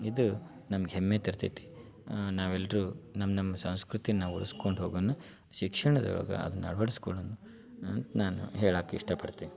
ಇದು ನಮ್ಗೆ ಹೆಮ್ಮೆ ತರ್ತೈತಿ ನಾವೆಲ್ಲರೂ ನಮ್ಮ ನಮ್ಮ ಸಂಸ್ಕೃತಿ ನಾವು ಉಳ್ಸ್ಕೊಂಡು ಹೋಗಣ ಶಿಕ್ಷಣದೊಳ್ಗೆ ಅದನ್ನ ಅಳ್ವಡಸ್ಕೊಳ್ಳೋಣ ಅಂತ ನಾನು ಹೇಳಾಕೆ ಇಷ್ಟಪಡ್ತೀನಿ